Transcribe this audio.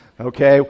Okay